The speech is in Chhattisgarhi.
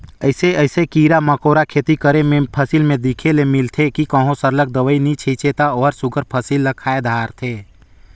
अइसे अइसे कीरा मकोरा खेती कर करे में फसिल में देखे ले मिलथे कि कहों सरलग दवई नी छींचे ता ओहर सुग्घर फसिल ल खाए धारथे